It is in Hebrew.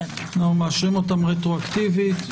אנחנו מאשרים אותן רטרואקטיבית.